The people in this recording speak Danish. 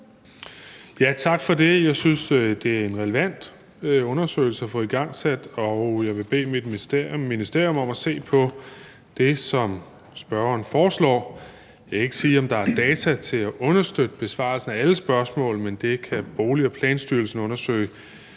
Tak for det. Jeg synes, det er en relevant undersøgelse at få igangsat, og jeg vil bede mit ministerium om at se på det, som spørgeren foreslår. Jeg kan ikke sige, om der er data til at understøtte besvarelsen af alle spørgsmålene, men det kan Bolig- og Planstyrelsen undersøge.